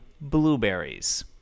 blueberries